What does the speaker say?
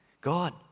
God